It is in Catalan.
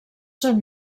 són